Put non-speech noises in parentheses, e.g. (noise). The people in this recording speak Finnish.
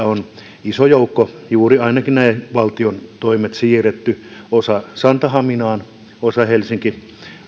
(unintelligible) on iso joukko ainakin juuri ne valtion toimet siirretty osa santahaminaan osa helsinki